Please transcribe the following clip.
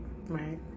Right